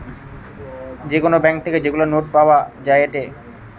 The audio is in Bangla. যে কোন ব্যাঙ্ক থেকে যেগুলা নোট পাওয়া যায়েটে